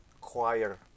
choir